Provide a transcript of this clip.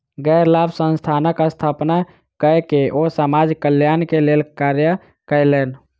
गैर लाभ संस्थानक स्थापना कय के ओ समाज कल्याण के लेल कार्य कयलैन